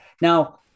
Now